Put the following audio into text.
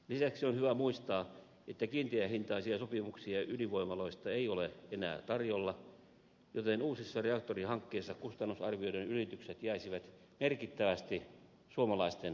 lisäksi on hyvä muistaa että kiinteähintaisia sopimuksia ydinvoimaloista ei ole enää tarjolla joten uusissa reaktorihankkeissa kustannusarvioiden ylitykset jäisivät merkittäviltä osin suomalaisten maksettavaksi